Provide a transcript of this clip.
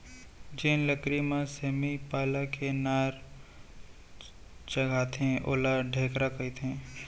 जेन लकरी म सेमी पाला के नार चघाथें ओला ढेखरा कथें